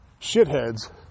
shitheads